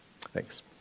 Thanks